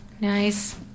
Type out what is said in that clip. nice